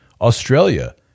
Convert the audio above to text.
Australia